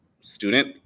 student